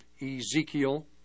Ezekiel